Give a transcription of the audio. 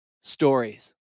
stories